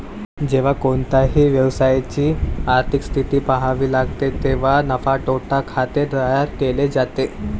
जेव्हा कोणत्याही व्यवसायाची आर्थिक स्थिती पहावी लागते तेव्हा नफा तोटा खाते तयार केले जाते